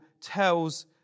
tells